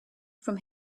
from